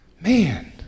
Man